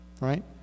right